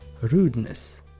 rudeness